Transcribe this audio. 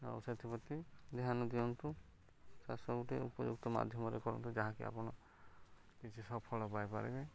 ଆଉ ସେଥିପ୍ରତି ଧ୍ୟାନ ଦିଅନ୍ତୁ ଚାଷ ଉପଯୁକ୍ତ ମାଧ୍ୟମରେ କରନ୍ତୁ ଯାହାକି ଆପଣ କିଛି ସଫଳ ପାଇପାରିବେ